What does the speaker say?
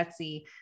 Etsy